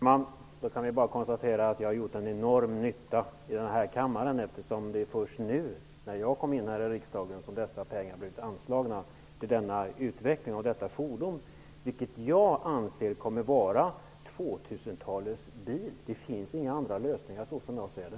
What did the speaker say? Herr talman! Då kan vi bara konstatera att jag har gjort en enorm nytta i den här kammaren eftersom det är först nu, sedan jag kom in här i riksdagen, som pengar blivit anslagna till utvecklingen av detta fordon. Jag anser att det kommer att vara 2000 talets bil. Det finns inga andra lösningar som jag ser det.